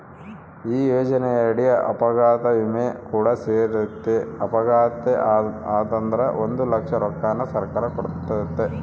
ಈ ಯೋಜನೆಯಡಿ ಅಪಘಾತ ವಿಮೆ ಕೂಡ ಸೇರೆತೆ, ಅಪಘಾತೆ ಆತಂದ್ರ ಒಂದು ಲಕ್ಷ ರೊಕ್ಕನ ಸರ್ಕಾರ ಕೊಡ್ತತೆ